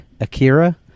Akira